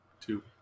Two